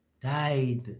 died